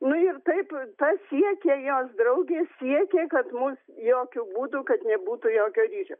nu ir taip ta siekė jos draugė siekė kad mus jokių būdų kad nebūtų jokio ryšio